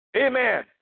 Amen